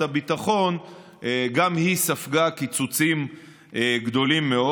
הביטחון גם היא ספגה קיצוצים גדולים מאוד.